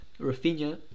Rafinha